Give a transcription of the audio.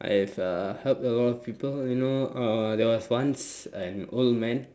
it's uh help a lot of people you know uh there was once an old man